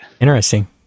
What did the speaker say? Interesting